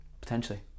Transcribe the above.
potentially